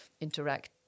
interact